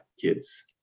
kids